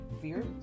fear